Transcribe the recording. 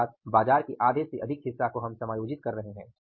अर्थात बाजार के आधे से अधिक हिस्सा को हम समायोजित कर रहे हैं